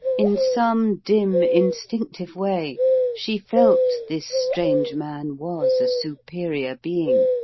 in some dim, instinctive way she felt this strange man was a superior being,